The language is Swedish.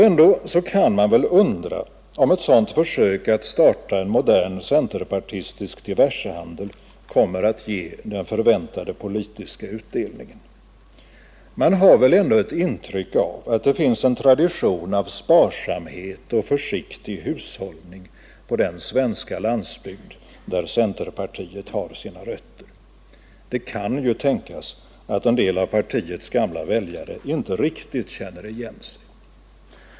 Ändå kan man väl undra om ett sådant försök att starta en modern centerpartistisk diversehandel kommer att ge den förväntade politiska utdelningen. Man har väl ändå ett intryck av att det finns en tradition av sparsamhet och försiktig hushållning på den svenska landsbygden, där centerpartiet har sina rötter. Det kan ju tänkas att en del av partiets gamla väljare inte riktigt känner igen sig.